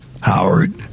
Howard